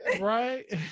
Right